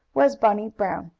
was bunny brown.